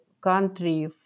country